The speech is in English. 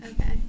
Okay